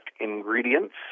ingredients